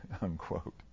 unquote